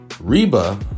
Reba